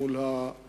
עם